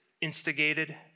instigated